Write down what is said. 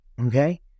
Okay